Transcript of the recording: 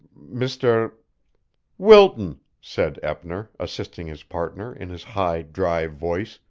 mr wilton, said eppner, assisting his partner in his high, dry voice,